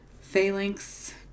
phalanx